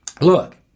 look